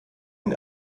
den